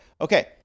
okay